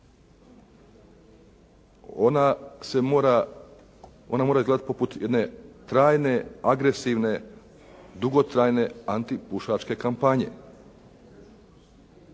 Ona mora izgledati poput jedne trajne, agresivne dugotrajne antipušačke kampanje.